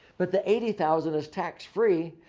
but the eighty thousand is tax free.